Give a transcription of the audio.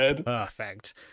perfect